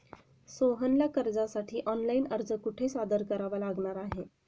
सोहनला कर्जासाठी ऑनलाइन अर्ज कुठे सादर करावा लागणार आहे?